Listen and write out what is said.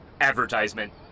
Advertisement